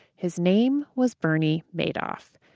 his name was bernie madoff.